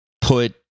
put